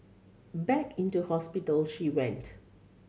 back into hospital she went